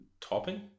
Topping